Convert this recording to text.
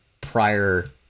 prior